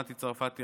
מטי צרפתי הרכבי,